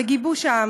בגיבוש העם.